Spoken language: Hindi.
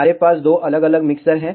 हमारे पास दो अलग अलग मिक्सर हैं